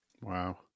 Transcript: Wow